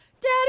Daddy